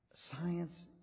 Science